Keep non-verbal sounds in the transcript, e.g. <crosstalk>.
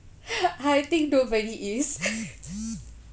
<laughs> I think nobody is